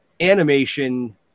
animation